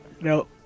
No